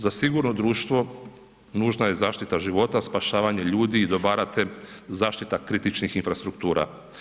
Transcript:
Za sigurno društvo, nužna je zaštita života, spašavanje ljudi, dobara, te zaštita kritičnih infrastruktura.